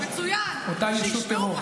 אותה ישות טרור,